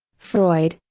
freud,